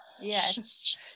yes